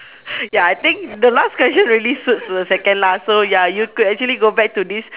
ya I think the last question really suits the second last so ya you could actually go back to this